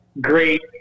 great